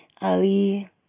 Ali